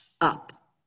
up